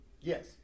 Yes